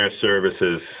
services